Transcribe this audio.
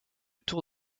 tour